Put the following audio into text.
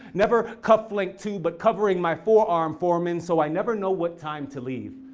never cufflinked to, but covering my forearm foreman, so i never know what time to leave.